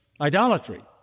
idolatry